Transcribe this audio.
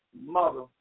Mother